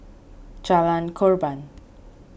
Jalan Korban